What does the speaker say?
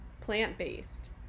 plant-based